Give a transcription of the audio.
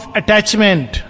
attachment